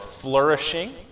flourishing